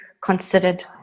considered